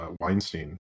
Weinstein